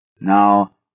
Now